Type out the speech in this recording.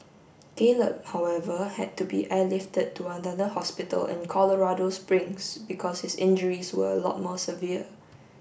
Caleb however had to be airlifted to another hospital in Colorado Springs because his injuries were a lot more severe